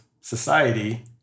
society